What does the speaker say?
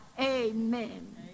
Amen